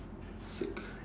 sick